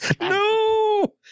No